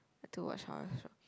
like to watch horror shows